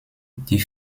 die